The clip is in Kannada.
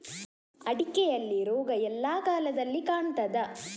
ಅಡಿಕೆಯಲ್ಲಿ ರೋಗ ಎಲ್ಲಾ ಕಾಲದಲ್ಲಿ ಕಾಣ್ತದ?